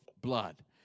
blood